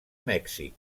mèxic